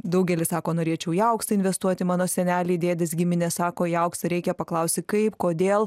daugelis sako norėčiau į auksą investuoti mano seneliai dėdės giminės sako į auksą reikia paklausi kaip kodėl